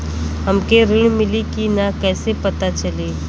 हमके ऋण मिली कि ना कैसे पता चली?